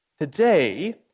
Today